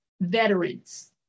veterans